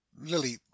Lily